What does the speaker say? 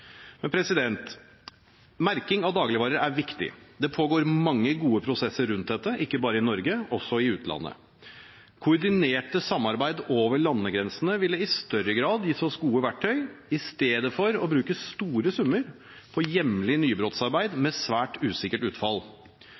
prosesser rundt dette – ikke bare i Norge, men også i utlandet. Koordinert samarbeid over landegrensene ville i større grad gitt oss gode verktøy, i stedet for å bruke store summer på hjemlig nybrottsarbeid med svært usikkert utfall.